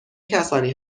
کسانی